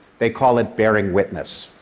they call it bearing witness,